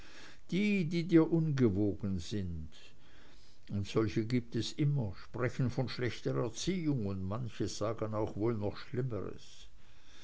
die die dir ungewogen sind und solche gibt es immer sprechen von schlechter erziehung und manche sagen auch wohl noch schlimmeres